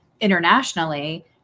Internationally